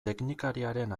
teknikariaren